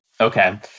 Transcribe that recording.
Okay